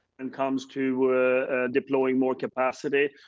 and comes to deploying more capacity.